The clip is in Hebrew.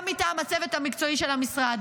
גם מטעם הצוות המקצועי של המשרד,